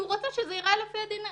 כי הוא רוצה שזה ייראה לפי הדין החוקי.